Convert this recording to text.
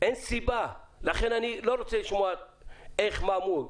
אין סיבה ולכן אני לא רוצה איך, מה ומו.